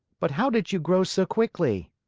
but how did you grow so quickly?